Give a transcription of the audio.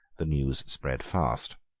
the news spread fast.